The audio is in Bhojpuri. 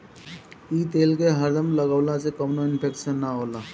इ तेल के हरदम लगवला से कवनो इन्फेक्शन ना होला